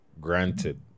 Granted